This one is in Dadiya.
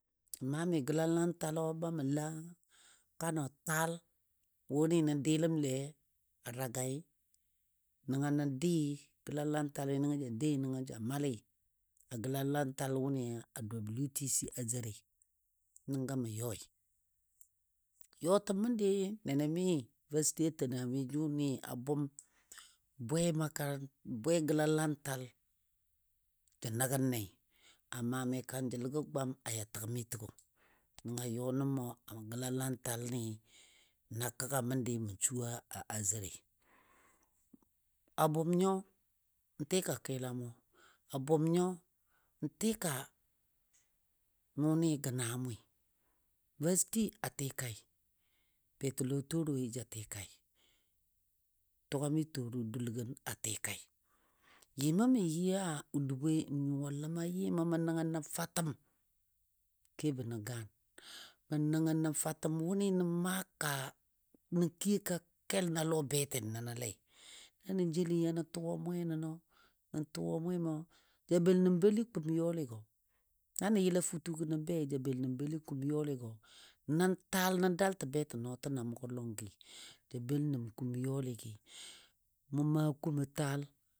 Maa mi gəlalantalo ba mə la kanɔ taal wʊnɨ nə dɨləmle a Ragai, nəngo nən dɨ gəlanlantalo nəngo ja dai nəngo ja malɨ a gəlalantal wʊni a W. T. C Azare nəngo mə yɔi yɔtəm məndi nɛnɛmi Vasty a tena mi jʊnɨ a bʊm bwe makaranta bwe gəlalantal jə nəgənne a maami kajəlgɔ gwam a ya təgmi təgo. Nəngo yɔ nə mə a gəlalantalni na kəga məndɨ mən su a Azare. A bʊm nyo n tɨka kɨlamo, a bʊm nyo n tɨka nʊni gə na mɔi. Vasty a tɨkai betɔlɔ Toroi ja tɨkai, tugami Toro dulgən a tɨka. Yɨmo mən yɨ a Oduboi n nyuwa ləma yɨmo mən nəngno fatəm kebo nən gaan. Mə nəngno fatəm wʊnɨ nə maaka nə kiyo ka kel na lɔ betən nənole. Na nə jeli ya nə tuwa mwe nəno nə tuwa mwemo ja bəl nəm bəli kum yɔligo. Na nə yəla futugɔ nən bei ja bəl nəm bəli kum yɔligo. Nən taal nən dalto betɔ nɔɔtənɔ a mʊgɔ lɔgɨ, ja bəl nəm kum yɔligɨ. Mʊ maa kumə taal.